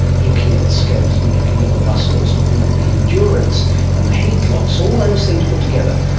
looking at the skeleton, looking at the muscles, looking at the endurance and the heat loss, all those things put together,